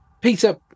Peter